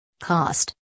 Cost